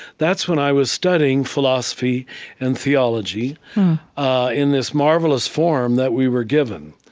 that's when i was studying philosophy and theology in this marvelous form that we were given,